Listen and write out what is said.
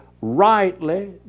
rightly